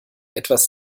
etwas